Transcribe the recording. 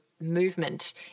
movement